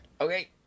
Okay